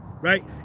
right